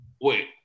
Wait